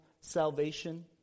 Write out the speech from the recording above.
salvation